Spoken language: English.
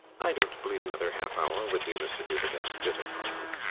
i dont believe another half-hour would do mr dubedat a bit of harm.